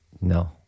No